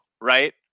right